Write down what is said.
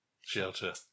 Shelter